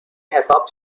حساب